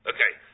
Okay